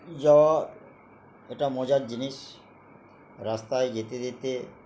যাওয়া একটা মজার জিনিস রাস্তায় যেতে যেতে